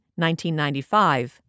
1995